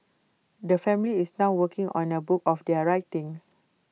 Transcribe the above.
the family is now working on A book of their writings